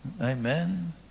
Amen